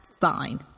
fine